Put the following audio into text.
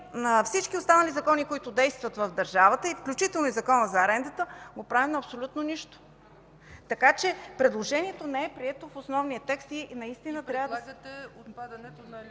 всички останали закони, които действат в държавата, включително и Законът за арендата, ги правим на абсолютно нищо. Предложението не е прието в основния текст и наистина трябва…